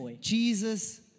Jesus